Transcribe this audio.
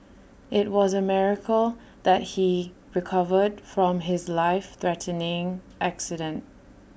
IT was A miracle that he recovered from his life threatening accident